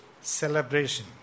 celebration